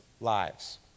lives